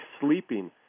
sleeping